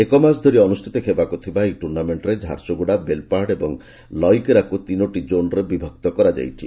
ଏକ ମାସ ଧରି ଅନୁଷିତ ହେବାକୁ ଥିବା ଏହି ଟୁର୍ଣ୍ଣାମେଙ୍କରେ ଝାରସୁଗୁଡ଼ା ବେଲପାହାଡ଼ ଏବଂ ଲଇକେରାକୁ ତିନୋଟି ଜୋନ୍ରେ ବିଭକ୍ତ କରାଯାଇଛି